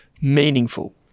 meaningful